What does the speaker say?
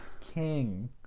king